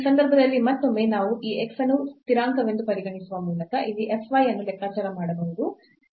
ಈ ಸಂದರ್ಭದಲ್ಲಿ ಮತ್ತೊಮ್ಮೆ ನಾವು ಈ x ಅನ್ನು ಸ್ಥಿರಾಂಕವೆಂದು ಪರಿಗಣಿಸುವ ಮೂಲಕ ಇಲ್ಲಿ f y ಅನ್ನು ಲೆಕ್ಕಾಚಾರ ಮಾಡಬಹುದು